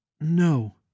No